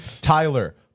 Tyler